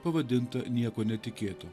pavadintą nieko netikėto